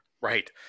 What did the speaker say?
Right